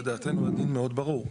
לדעתנו הדין מאוד ברור.